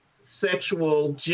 sexual